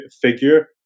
figure